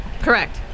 Correct